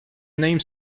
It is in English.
name